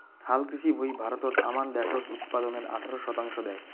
হালকৃষি ভুঁই ভারতত আমান দ্যাশজ উৎপাদনের আঠারো শতাংশ দ্যায়